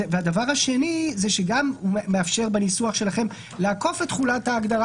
דבר שני שבניסוח שלכם מתאפשר לעקוף את תחולת ההגדרה